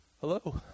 Hello